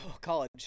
College